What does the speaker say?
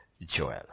Joel